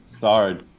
sorry